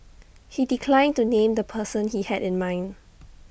he declined to name the person he had in mind